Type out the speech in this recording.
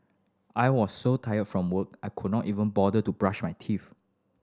I was so tired from work I could not even bother to brush my teeth